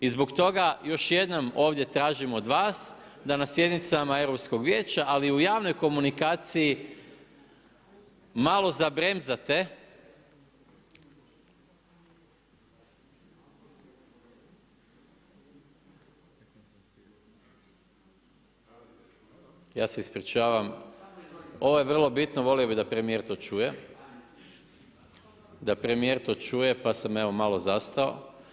I zbog još jednom tražim od vas da na sjednicama Europskog vijeća ali i u javnoj komunikaciji malo zabrenzate ja se ispričavam, ovo je vrlo bitno volio bi da premjer to čuje, da premjer to čuje, pa sam evo malo zastao.